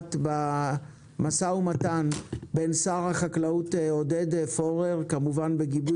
שנשמעת במו"מ בין שר החקלאות עודד פורר,